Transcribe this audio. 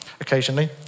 occasionally